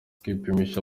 kwipimisha